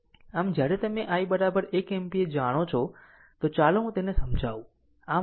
આમ જ્યારે તમે i 1 એમ્પીયર જાણો છો ચાલો હું તેને સમજાવું